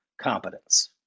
competence